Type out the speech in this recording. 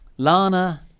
Lana